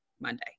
monday